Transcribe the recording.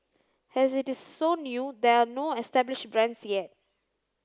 as it is so new there are no established brands yet